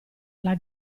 alla